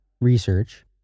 research